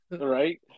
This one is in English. Right